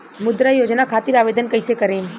मुद्रा योजना खातिर आवेदन कईसे करेम?